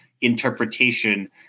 interpretation